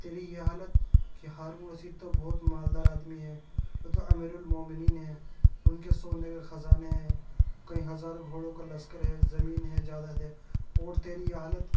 تیری یہ حالت کہ ہارون رشید تو بہت مالدار آدمی ہے وہ تو امیرالمومنین ہے ان کے سونے کے خزانے ہیں کئی ہزار گھوڑوں کا لشکر ہے زمین ہے جائداد ہے اور تیری یہ حالت